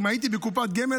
אם הייתי בקופת גמל,